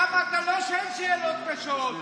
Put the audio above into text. שם אתה לא שואל שאלות קשות.